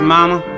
Mama